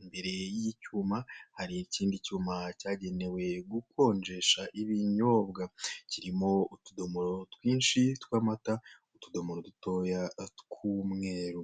imbere y'icyuma hari ikindi cyuma cyagenewe gukonjesha abinyobwa. Kirimo utudomoro twinshi tw'amata, utudomoro dutoya tw'umweru.